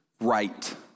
right